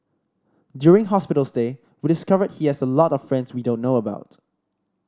during hospital stay we discovered he has a lot of friends we don't know about